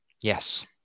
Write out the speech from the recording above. yes